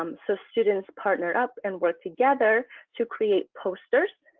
um so students partnered up and worked together to create posters,